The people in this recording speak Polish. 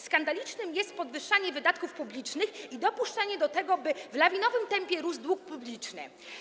Skandaliczne jest podwyższanie wydatków publicznych i dopuszczanie do tego, by w lawinowym tempie rósł dług publiczny.